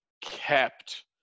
kept